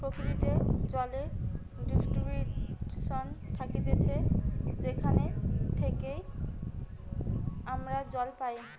প্রকৃতিতে জলের ডিস্ট্রিবিউশন থাকতিছে যেখান থেইকে আমরা জল পাই